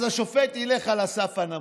אז השופט ילך על הסף הנמוך.